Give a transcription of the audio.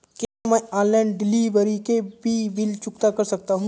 क्या मैं online delivery के भी बिल चुकता कर सकता हूँ?